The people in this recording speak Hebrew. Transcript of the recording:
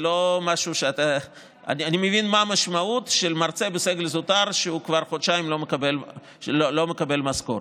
ואני מבין מה המשמעות של מרצה בסגל הזוטר שכבר חודשיים לא מקבל משכורת.